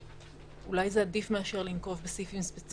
אולי זה עדיף מאשר לנקוב בסעיפים ספציפיים.